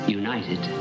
united